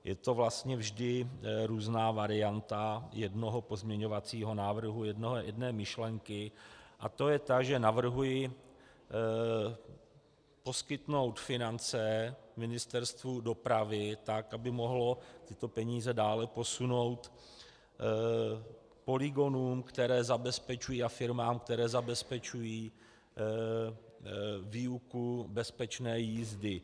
Je to vlastně vždy různá varianta jednoho pozměňovacího návrhu, jedné myšlenky, a to je ta, že navrhuji poskytnout finance Ministerstvu dopravy, tak aby mohlo tyto peníze dále posunout polygonům a firmám, které zabezpečují výuku bezpečné jízdy.